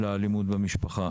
לאלימות במשפחה.